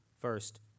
first